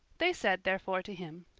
they said therefore to him,